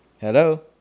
Hello